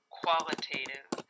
qualitative